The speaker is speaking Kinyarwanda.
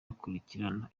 gukurikirana